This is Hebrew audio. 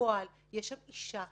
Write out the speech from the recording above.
כשבפועל יש שם אישה